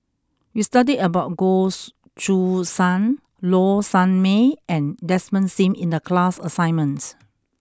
you studied about Goh Choo San Low Sanmay and Desmond Sim in the class assignment